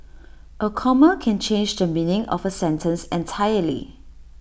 A comma can change the meaning of A sentence entirely